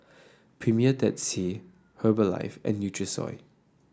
Premier Dead Sea Herbalife and Nutrisoy